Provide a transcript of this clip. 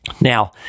Now